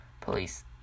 police